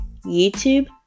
YouTube